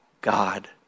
God